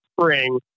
spring